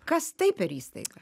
kas tai per įstaiga